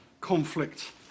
conflict